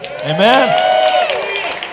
Amen